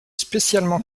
spécialement